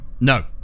no